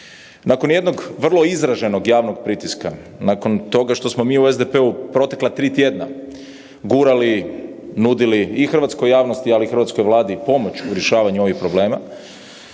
Nakon jednog vrlo izraženog javnog pritiska, nakon toga što smo mi u SDP-u protekla tri tjedna gurali, nudili i hrvatskoj javnosti, ali i hrvatskoj Vladi pomoć u rješavanju ovih problema